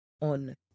on